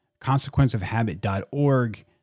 consequenceofhabit.org